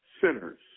sinners